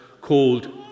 called